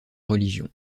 religion